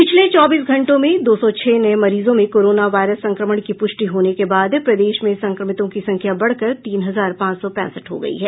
पिछले चौबीस घंटों में दो सौ छह नये मरीजों में कोरोना वायरस संक्रमण की प्रष्टि होने के बाद प्रदेश में संक्रमितों की संख्या बढ़कर तीन हजार पांच सौ पैंसठ हो गयी है